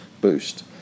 boost